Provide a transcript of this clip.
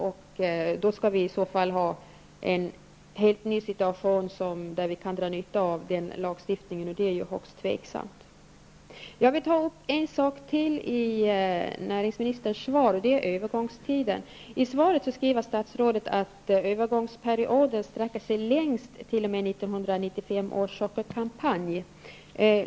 Det skall då föreligga en helt ny situation för att vi skall kunna dra nytta av den lagstiftningen, och det är ju högst tveksamt. Jag vill ta upp ännu en sak i näringsministerns svar, och det är övergångstiden. I svaret skriver statsrådet att övergångsperioden sträcker sig längst t.o.m. 1995 års sockerkampanj.